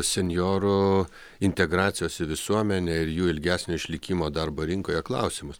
senjorų integracijos į visuomenę ir jų ilgesnio išlikimo darbo rinkoje klausimus